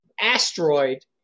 asteroid